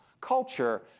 culture